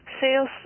sales